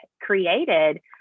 created